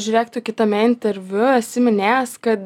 žiūrėk tu kitame interviu esi minėjęs kad